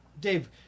Dave